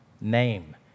name